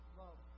love